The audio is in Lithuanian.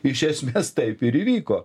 iš esmės taip ir įvyko